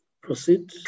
proceed